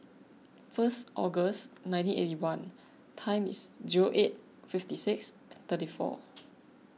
first August nineteen eighty one time is zero eight fifty six thirty four